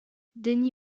denny